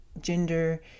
gender